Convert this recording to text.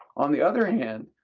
on the other hand,